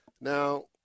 Now